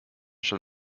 schon